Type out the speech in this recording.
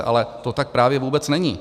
Ale to tak právě vůbec není.